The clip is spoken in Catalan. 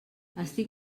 estic